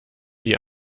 die